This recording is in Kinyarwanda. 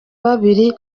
babiri